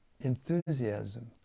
enthusiasm